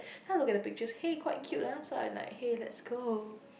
how look at the picture hey quite cute lah so I am like hey let's go